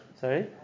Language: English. Sorry